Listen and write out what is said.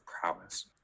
prowess